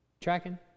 Tracking